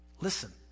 Listen